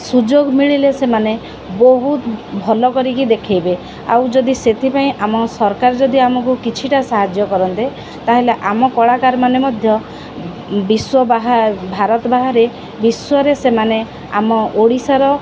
ସୁଯୋଗ ମିଳିଲେ ସେମାନେ ବହୁତ ଭଲ କରିକି ଦେଖେଇବେ ଆଉ ଯଦି ସେଥିପାଇଁ ଆମ ସରକାର ଯଦି ଆମକୁ କିଛିଟା ସାହାଯ୍ୟ କରନ୍ତେ ତାହେଲେ ଆମ କଳାକାରମାନେ ମଧ୍ୟ ବିଶ୍ୱ ବାହା ଭାରତ ବାହାରେ ବିଶ୍ୱରେ ସେମାନେ ଆମ ଓଡ଼ିଶାର